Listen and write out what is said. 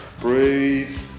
Breathe